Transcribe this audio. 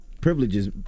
privileges